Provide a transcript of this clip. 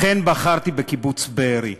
לכן בחרתי בקיבוץ בארי.